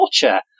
torture